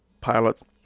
pilot